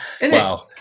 Wow